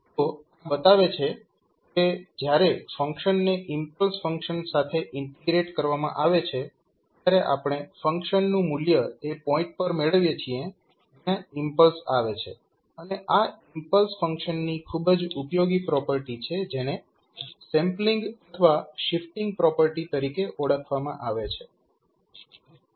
તો આ બતાવે છે કે જ્યારે ફંક્શનને ઇમ્પલ્સ ફંક્શન સાથે ઇન્ટિગ્રેટ કરવામાં આવે છે ત્યારે આપણે ફંક્શનનું મૂલ્ય એ પોઇન્ટ પર મેળવીએ છીએ જ્યાં ઇમ્પલ્સ આવે છે અને આ ઇમ્પલ્સ ફંક્શનની ખૂબ જ ઉપયોગી પ્રોપર્ટી જેને સેમ્પલિંગ અથવા શિફટિંગ પ્રોપર્ટી તરીકે ઓળખવામાં આવે છે